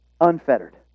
Unfettered